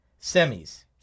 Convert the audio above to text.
semis